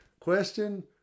question